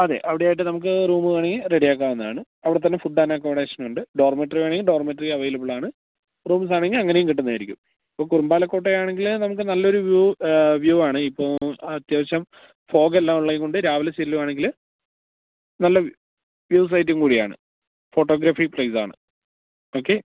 അതെ അവിടെയായിട്ട് നമുക്ക് റൂം വേണമെങ്കില് റെഡിയാക്കാവുന്നതാണ് അവിടെത്തന്നെ ഫുഡ്ഡ് ആന്ഡ് അക്കമഡേഷനുണ്ട് ഡോർമെറ്ററി വേണമെങ്കില് ഡോർമെട്രി അവൈലബിളാണ് റൂംസാണെങ്കില് അങ്ങനെയും കിട്ടുന്നതായിരിക്കും ഇപ്പം കുറുമ്പാലക്കോട്ടയാണെങ്കില് നമുക്ക് നല്ലൊരു വ്യൂ വ്യൂവാണ് ഇപ്പോള് അത്യാവശ്യം ഫോഗെല്ലാമുള്ളതുകൊണ്ട് രാവിലെ ചെല്ലുകയാണെങ്കില് നല്ല വ്യൂ സൈറ്റും കൂടിയാണ് ഫോട്ടോഗ്രാഫി പ്ളേയ്സാണ് ഓക്കേ